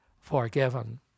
forgiven